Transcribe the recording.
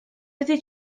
wedi